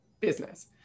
business